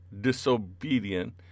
disobedient